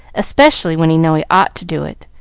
especially when he knew he ought to do it.